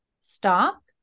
stop